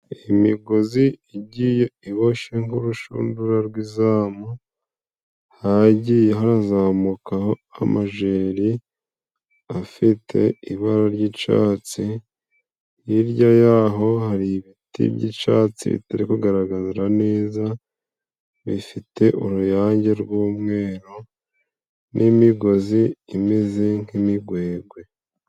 Imigozi igiye iboshe nk'urushundura rw'izamu, hagiye harazamukaho amajeri afite ibara ry'icatsi, hirya y'aho hari ibiti by'icatsi bitari kugaragara neza bifite uruyange rw'umweru n'imigozi imeze nk'imigwegwe.